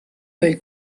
del